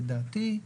לדעתי,